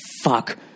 fuck